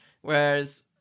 whereas